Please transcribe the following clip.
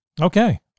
Okay